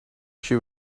she